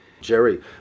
Jerry